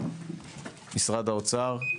משרד האוצר,